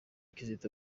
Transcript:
kizito